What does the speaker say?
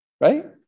right